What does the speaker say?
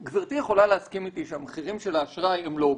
גברתי יכולה להסכים איתי שהמחירים של האשראי למשקי הבית הם לא הוגנים.